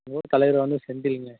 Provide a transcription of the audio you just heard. எங்கள் ஊர் தலைவர் வந்து செந்திலுங்க